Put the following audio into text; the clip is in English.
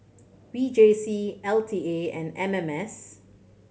V J C L T A and M M S